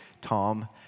Tom